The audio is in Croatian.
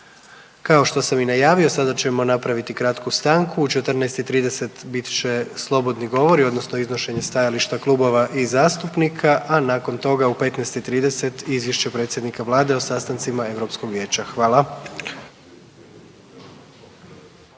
Kao što sam i najavio sada ćemo napraviti kratku stanku. U 14 i 30 bit će slobodni govori odnosno iznošenje stajališta klubova i zastupnika, a nakon toga u 15 i 30 izvješće predsjednika vlade o sastancima Europskog vijeća. Hvala.